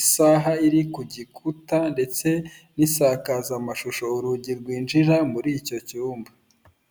isaha iri ku gikuta ndetse n'isakazamashusho, urugi rwinjira muri icyo cyumba.